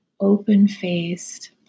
open-faced